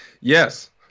Yes